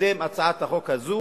לקדם את הצעת החוק הזאת.